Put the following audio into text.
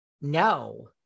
No